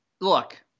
Look